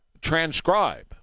transcribe